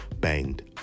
banged